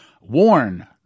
Warn